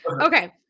okay